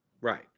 Right